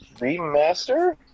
remaster